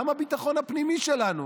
גם הביטחון הפנימי שלנו,